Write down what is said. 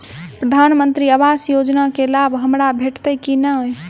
प्रधानमंत्री आवास योजना केँ लाभ हमरा भेटतय की नहि?